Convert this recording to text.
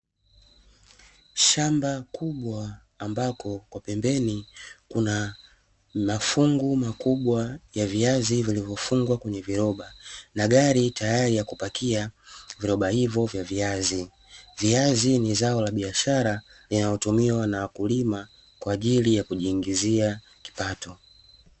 Shamba kubwa ambapo kwa pembeni kuna mafungu makubwa ya viazi vilivyofungwa kwenye viroba, na gari tayari ya kupakia viroba hivyo vya viazi. Viazi ni zao la biashara linalotumiwa na wakulima kwa ajili ya kujiingizia kipato.